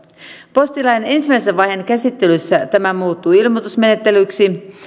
postilain ensimmäisen vaiheen käsittelyssä tämä muuttuu ilmoitusmenettelyksi